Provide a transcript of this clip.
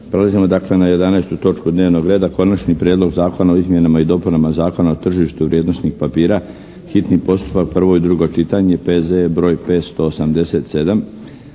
Prelazimo dakle na 11. točku dnevnog reda: - Konačni prijedlog zakona o izmjenama i dopunama Zakona o tržištu vrijednosnih papira, hitni postupak, prvo i drugo čitanje, P.Z.E. br. 587